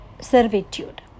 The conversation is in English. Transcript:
servitude